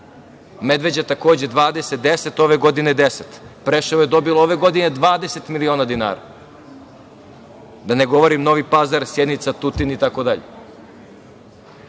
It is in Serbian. Medveđa takođe 20, 10, a ove godine 10. Preševo je dobilo ove godine 20 miliona dinara, da ne govorim Novi Pazar, Sjenica, Tutin, itd.